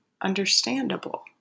understandable